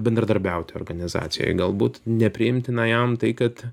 bendradarbiauti organizacijoj galbūt nepriimtina jam tai kad